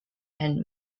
and